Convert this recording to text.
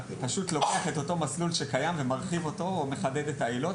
פשוט לוקח את אותו מסלול שקיים ומרחיב אותו או מחדד את העילות,